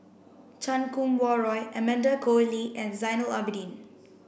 Chan Kum Wah Roy Amanda Koe Lee and Zainal Abidin